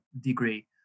degree